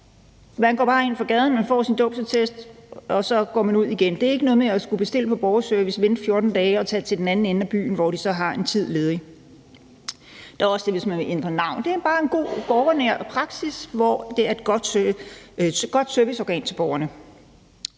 Man går bare ind fra gaden, man får sin dåbsattest, og så går man ud igen. Det er ikke noget med at skulle lave en bestilling på borgerservice, vente 14 dage og så tage til den anden ende af byen, hvor de så har en ledig tid. Der er også det, der handler om at ændre navn. Det er bare en god borgernær praksis, og det er et godt serviceorgan for borgerne.